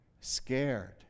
scared